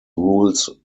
rules